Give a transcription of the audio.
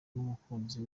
n’umukunzi